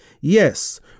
Yes